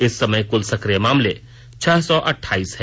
इस समय कुल सक्रिय मामले छह सौ अट्ठाईस हैं